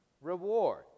reward